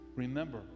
Remember